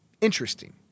Interesting